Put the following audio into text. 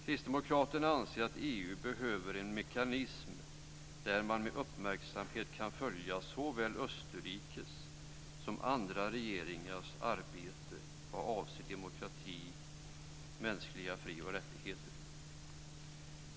Kristdemokraterna anser att EU behöver en mekanism där man med uppmärksamhet kan följa såväl Österrikes som andra regeringars arbete vad avser demokrati och mänskliga fri och rättigheter.